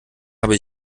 habe